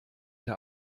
der